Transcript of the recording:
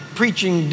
preaching